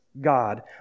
God